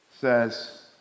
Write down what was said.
says